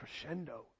crescendo